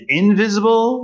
invisible